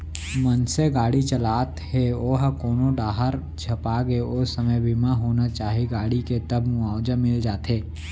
मनसे गाड़ी चलात हे ओहा कोनो डाहर झपागे ओ समे बीमा होना चाही गाड़ी के तब मुवाजा मिल जाथे